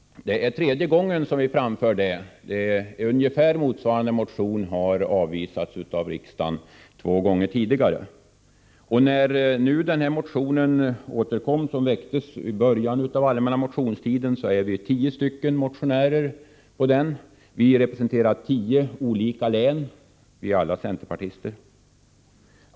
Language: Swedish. Det är tredje gången vi framför detta krav. Ungefär motsvarande motioner har avvisats av riksdagen två gånger tidigare. När motionen nu återkommer — den väcktes i början av allmänna motionstiden — är vi tio riksdagsledamöter som står bakom den. Vi representerar tio olika län. Vi är alla centerpartister.